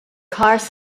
car’s